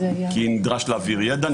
כי נדרש להעביר ידע,